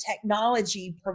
technology